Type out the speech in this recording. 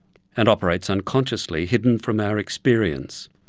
and operates unconsciously, hidden from our experience.